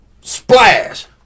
Splash